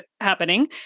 happening